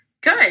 Good